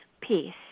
peace